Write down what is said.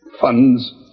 Funds